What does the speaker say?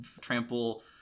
Trample